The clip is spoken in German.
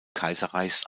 kaiserreichs